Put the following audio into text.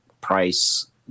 price